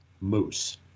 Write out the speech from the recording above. moose